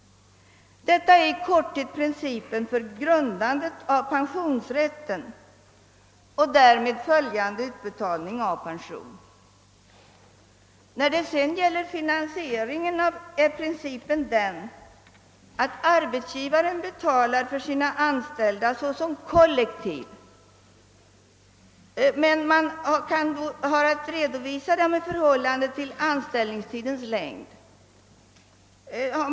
Detta är i korthet principen för grundandet av pensionsrätten och därmed följande utbetalning av pension. Vad sedan beträffar finansieringen är principen, att arbetsgivaren betalar för sina anställda såsom kollektiv, varvid antalet skall redovisas i förhållande till anställningstidens längd.